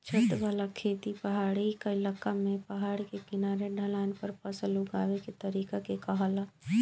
छत वाला खेती पहाड़ी क्इलाका में पहाड़ के किनारे ढलान पर फसल उगावे के तरीका के कहाला